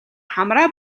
хамраа